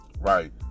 Right